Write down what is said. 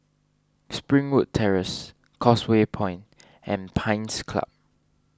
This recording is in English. Springwood Terrace Causeway Point and Pines Club